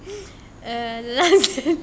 um last sengsara